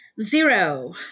Zero